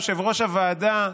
יושב-ראש הוועדה,